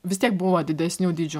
vis tiek buvo didesnių dydžių